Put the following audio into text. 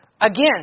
Again